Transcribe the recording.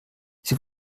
sie